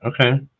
Okay